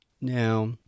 Now